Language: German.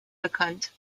bekannt